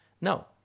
No